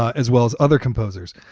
ah as well as other composers.